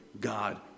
God